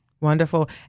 wonderful